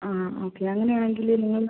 ആ ഓക്കെ അങ്ങനെ ആണെങ്കിൽ നിങ്ങൾ